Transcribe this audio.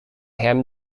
him